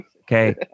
okay